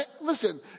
Listen